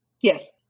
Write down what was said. Yes